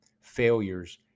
failures